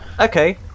Okay